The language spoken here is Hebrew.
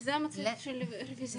זה המציע של הרוויזיה.